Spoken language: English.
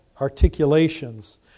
articulations